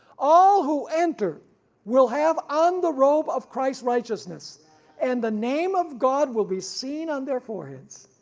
all who enter will have on the robe of christ's righteousness and the name of god will be seen on their foreheads.